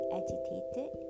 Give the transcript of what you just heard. agitated